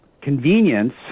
convenience